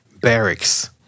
barracks